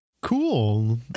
Cool